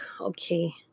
okay